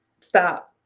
Stop